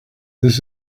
this